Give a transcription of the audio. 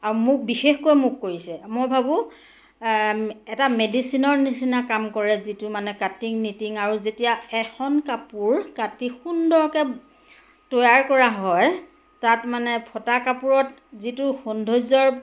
আৰু মোক বিশেষকৈ মোক কৰিছে মই ভাবোঁ এটা মেডিচিনৰ নিচিনা কাম কৰে যিটো মানে কাটিং নিটিং আৰু যেতিয়া এখন কাপোৰ কাটি সুন্দৰকে তৈয়াৰ কৰা হয় তাত মানে ফটা কাপোৰত যিটো সৌন্দৰ্যৰ